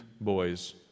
boys